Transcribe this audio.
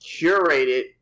curated